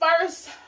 first